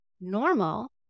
normal